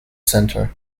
center